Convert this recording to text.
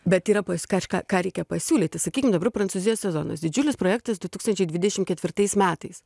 bet yra pas kažką ką reikia pasiūlyti sakykim dabar prancūzijos sezonas didžiulis projektas du tūkstančiai dvidešim ketvirtais metais